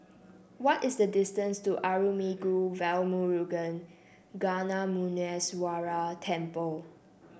what is the distance to Arulmigu Velmurugan Gnanamuneeswarar Temple